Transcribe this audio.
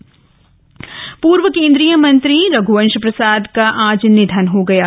शोक पूर्व केंद्रीय मंत्री रघुवंश प्रसाद सिंह का आज निधन हो गया है